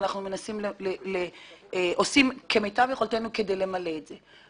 אנחנו עושים כמיטב יכולתנו כדי למלא את זה.